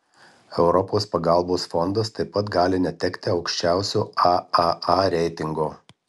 europos pagalbos fondas taip pat gali netekti aukščiausio aaa reitingo